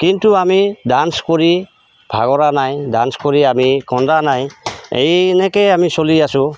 কিন্তু আমি ডান্স কৰি ভাগৰা নাই ডান্স কৰি আমি কন্দা নাই এই এনেকৈয়ে আমি চলি আছো